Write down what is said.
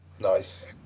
Nice